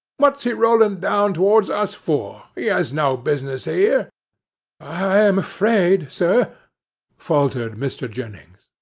what's he rolling down towards us for? he has no business here i am afraid, sir faltered mr. jennings.